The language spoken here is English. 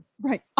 right